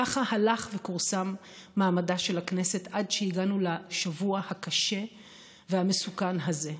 ככה הלך וכורסם מעמדה של הכנסת עד שהגענו לשבוע הקשה והמסוכן הזה.